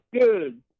good